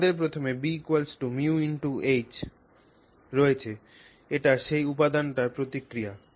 আমাদের প্রথমে BμH রয়েছে এটি সেই উপাদানটির প্রতিক্রিয়া